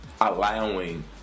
allowing